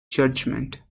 judgement